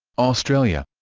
australia